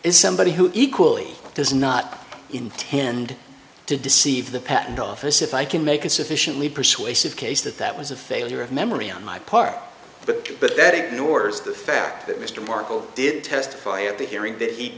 is somebody who equally does not intend to deceive the patent office if i can make a sufficiently persuasive case that that was a failure of memory on my part but but that ignores the fact that mr marco did testify at the hearing that he